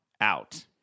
out